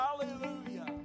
Hallelujah